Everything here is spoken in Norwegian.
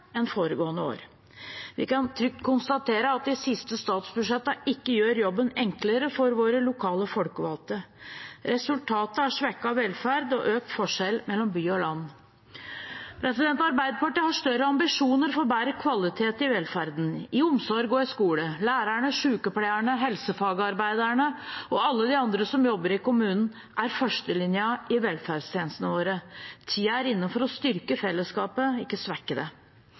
Vi kan trygt konstatere at de siste statsbudsjettene ikke gjør jobben enklere for våre lokale folkevalgte. Resultatet er svekket velferd og økt forskjell mellom by og land. Arbeiderpartiet har større ambisjoner for bedre kvalitet i velferd, i omsorg og i skole. Lærerne, sykepleierne, helsefagarbeiderne og alle de andre som jobber i kommunen, er førstelinjen i velferdstjenestene våre. Tiden er inne for å styrke fellesskapet, ikke svekke det.